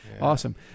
Awesome